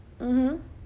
mmhmm